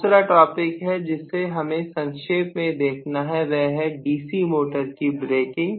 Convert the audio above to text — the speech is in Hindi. दूसरा टॉपिक है जिससे हमें संक्षेप में देखना है वह है डीसी मोटर की ब्रेकिंग